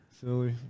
Silly